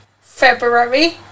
february